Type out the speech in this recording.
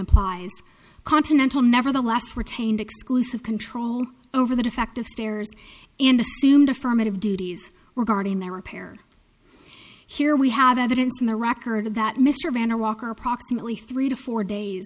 applies continental nevertheless retained exclusive control over the defective stairs and assumed affirmative duties were guarding their repair here we have evidence in the record that mr vander walker approximately three to four days